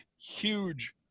huge